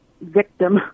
victim